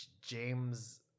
James